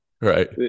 right